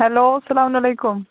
hello سلام علیکُم